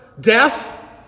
death